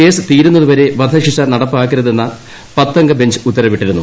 case തീരുന്നതുവരെ വധശിക്ഷ നടപ്പാക്കരുതെന്ന് പത്തംഗ ബഞ്ച് ഉത്തരവിട്ടിരുന്നു